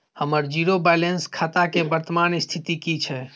हमर zero balance खाता के वर्तमान स्थिति की छै?